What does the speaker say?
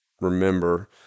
remember